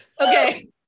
Okay